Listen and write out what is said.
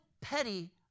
petty